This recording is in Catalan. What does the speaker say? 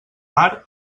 mar